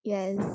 Yes